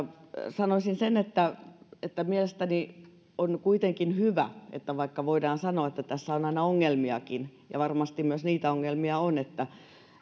sanoisin sen että että mielestäni on kuitenkin hyvä ja tietenkin myönteistä vaikka voidaan sanoa että tässä on aina ongelmiakin ja varmasti on myös niitä ongelmia että